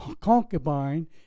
concubine